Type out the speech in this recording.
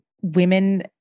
women